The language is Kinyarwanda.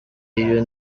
iyo